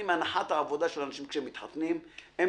הנחת העבודה של אנשים כאשר הם מתחתנים, הם